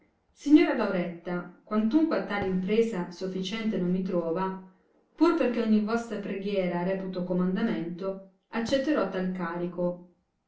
signora lauretta quantunque a tal impresa sofficiente non mi trova pur perchè ogni vostra preghiera reputo comandamento accetterò tal carico